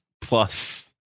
plus